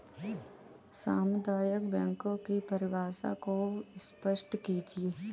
सामुदायिक बैंकों की परिभाषा को स्पष्ट कीजिए?